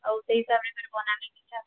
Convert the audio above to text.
ଆଉ ସେଇ ହିସାବରେ ଫେର୍ ବନାମି ମିଠା